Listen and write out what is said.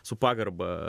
su pagarba